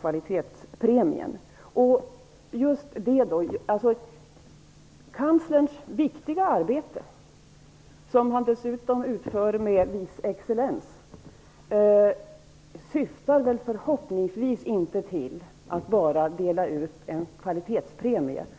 kvalitetspremien. Kanslerns viktiga arbete, som han dessutom utför med en viss excellens, syftar förhoppningsvis inte till att bara dela ut kvalitetspremier.